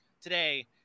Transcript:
today